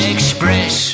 Express